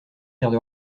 pierre